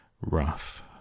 rough